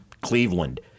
Cleveland